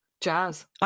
jazz